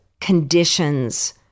conditions